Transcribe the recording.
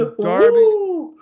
Darby